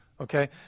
okay